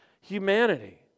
humanity